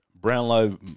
Brownlow